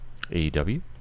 AEW